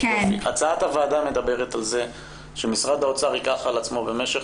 הצעת הוועדה מדברת על זה שמשרד האוצר ייקח על עצמו במשך